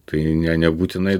tai ne nebūtinai